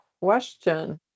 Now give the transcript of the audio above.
Question